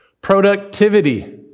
Productivity